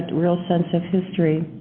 real sense of history.